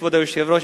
כבוד היושב-ראש,